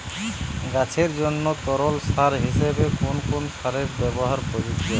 গাছের জন্য তরল সার হিসেবে কোন কোন সারের ব্যাবহার প্রযোজ্য?